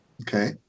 Okay